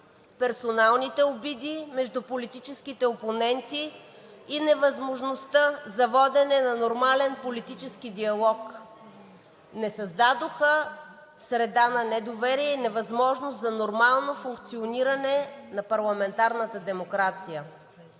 персоналните обиди между политическите опоненти и невъзможността за водене на нормален политически диалог създадоха среда на недоверие и невъзможност за нормално функциониране на парламентарната демокрация.